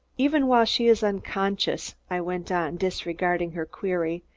even while she is unconscious, i went on, disregarding her query,